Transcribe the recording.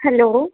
hello